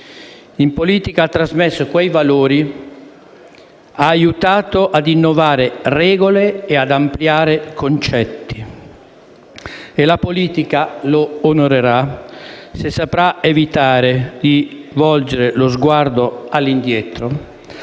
In politica ha trasmesso quei valori, ha aiutato ad innovare regole e ad ampliare concetti e la politica lo onorerà se saprà evitare di volgere lo sguardo all'indietro,